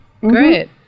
great